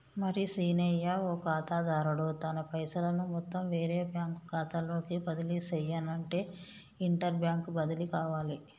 మరి సీనయ్య ఓ ఖాతాదారుడు తన పైసలను మొత్తం వేరే బ్యాంకు ఖాతాలోకి బదిలీ సెయ్యనఅంటే ఇంటర్ బ్యాంక్ బదిలి కావాలి